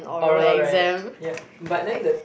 oral right yeah but then the